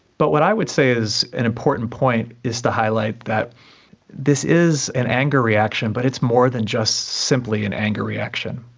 but what i would say is an important point is to highlight that this is an anger reaction but it's more than just simply an anger reaction.